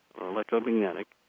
electromagnetic